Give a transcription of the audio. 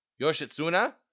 Yoshitsuna